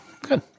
Good